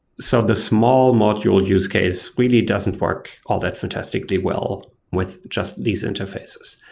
so, the small module use case really doesn't work all that fantastically well with just these interfaces.